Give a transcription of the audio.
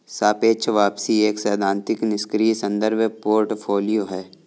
सापेक्ष वापसी एक सैद्धांतिक निष्क्रिय संदर्भ पोर्टफोलियो है